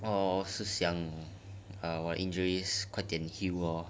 我是想我 injuries 快点 heal lor